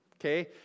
okay